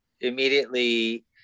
immediately